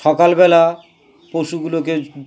সকালবেলা পশুগুলোকে